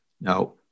Now